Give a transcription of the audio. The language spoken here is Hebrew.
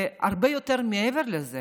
זה הרבה יותר מזה,